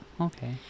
Okay